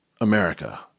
America